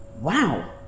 wow